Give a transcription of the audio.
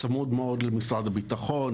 צמוד מאוד למשרד הביטחון,